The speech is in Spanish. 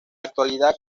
actualidad